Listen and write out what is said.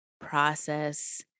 process